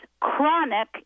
chronic